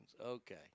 okay